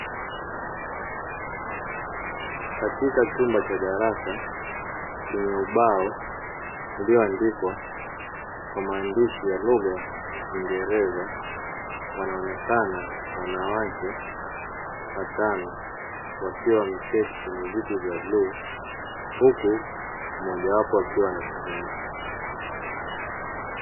Katika chumba cha darasa chenye ubao ulioandikwa kwa maandishi ya luga ya kingereza; wanaonekana wanawake watano wakiwa wameketi kwenye viti vya bluu huku mmoja wapo akiwa anazungumza.